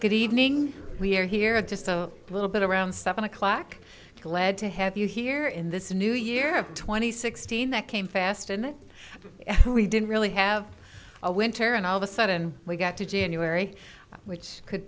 good evening we're here just a little bit around seven o'clock glad to have you here in this new year twenty sixteen that came fast and we didn't really have a winter and all of a sudden we got to january which could